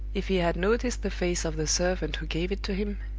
if he had noticed the face of the servant who gave it to him,